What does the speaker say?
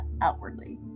outwardly